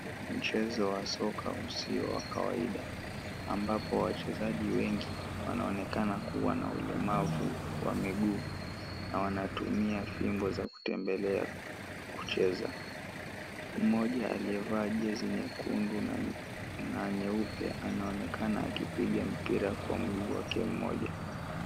Mchezo wa soka usio wa kawaida ambapo wachezaji wengi wanaonekana kuwa na ulemavu wa miguu na wanatumia fimbo za kutembelea kucheza. Mmoja aliyevaa jezi nyekundu na nyeupe anaonekana akipiga mpira kwa mguu wake mmoja.